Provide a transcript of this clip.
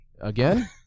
Again